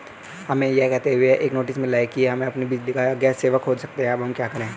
हमें यह कहते हुए एक नोटिस मिला कि हम अपनी बिजली या गैस सेवा खो सकते हैं अब हम क्या करें?